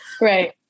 Right